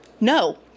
No